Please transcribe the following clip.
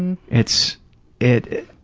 and it's it,